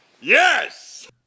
Yes